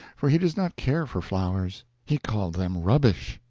for he does not care for flowers. he called them rubbish,